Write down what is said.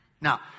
Now